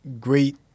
great